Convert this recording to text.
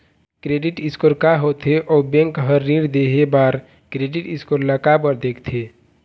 Credit score का होथे अउ बैंक हर ऋण देहे बार क्रेडिट स्कोर ला काबर देखते?